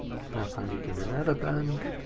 can i find it in another bank?